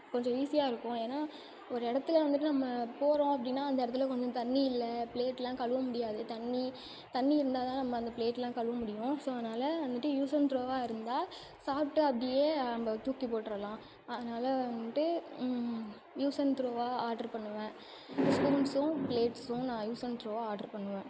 கொஞ்சம் ஈஸியாக இருக்கும் ஏன்னால் ஒரு இடத்துல வந்துட்டு நம்ம போகிறோம் அப்படின்னா அந்த இடத்துல கொஞ்சம் தண்ணி இல்லை பிளேட்டெலாம் கழுவ முடியாது தண்ணி தண்ணி இருந்தால் தான் நம்ம அந்த பிளேட்டெலாம் கழுவ முடியும் ஸோ அதனால வந்துட்டு யூஸ் அண்ட் த்ரோவாக இருந்தால் சாப்பிட்டு அப்படியே நம்ம தூக்கிப்போட்டுருலாம் அதனால வந்துட்டு யூஸ் அண்ட் த்ரோவாக ஆட்ரு பண்ணுவேன் ஸ்பூன்ஸும் பிளேட்ஸும் நான் யூஸ் அண்ட் த்ரோவாக ஆட்ரு பண்ணுவேன்